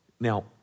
Now